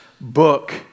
book